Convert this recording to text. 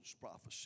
prophecy